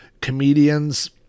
comedians